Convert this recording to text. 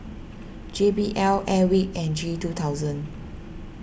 J B L Airwick and G two thousand